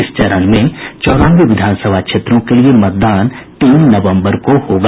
इस चरण में चौरानवे विधानसभा क्षेत्रों के लिए मतदान तीन नवम्बर को होगा